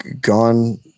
gone